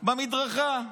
במדרכה.